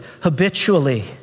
habitually